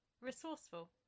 Resourceful